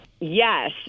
Yes